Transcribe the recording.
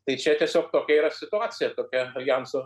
tai čia tiesiog tokia yra situacija tokia aljanso